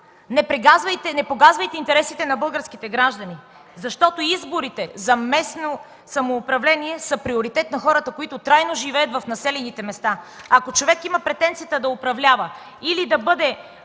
не погазвайте интересите на българските граждани. Изборите за местно самоуправление са приоритет на хората, които трайно живеят в населените места. Ако човек има претенцията да управлява или да